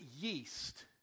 yeast